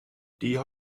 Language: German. die